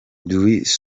luis